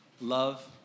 Love